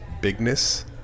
bigness